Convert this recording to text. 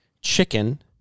chicken